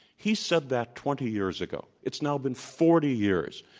he said that twenty years ago. it's now been forty years.